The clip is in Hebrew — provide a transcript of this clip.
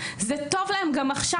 זה טוב להם גם עכשיו.